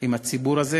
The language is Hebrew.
עם הציבור הזה,